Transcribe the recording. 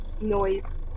noise